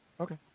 Okay